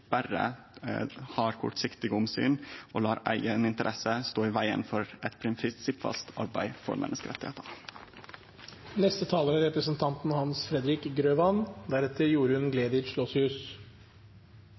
berre tek kortsiktige omsyn og lèt eiga interesse stå i vegen for eit prinsippfast arbeid for menneskerettar. Jeg vil starte med å takke representanten